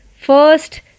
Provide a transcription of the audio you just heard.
first